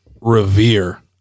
revere